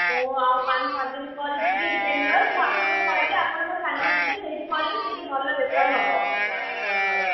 ମୁଁ ଆଉ ପାଞ୍ଚ ସାତ ଦିନ ପରେ ଯିବି ହେରି ବେଙ୍ଗଲୋର ମୁଁ ଆପଣଙ୍କୁ କହିବି ଆପଣ ମୋ ସାଙ୍ଗରେ ଯିବେ ସେଇଠି କରିବେ ସେଇଠି ଭଲ ବେପାର ହେବ ଆପଣଙ୍କର